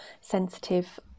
sensitive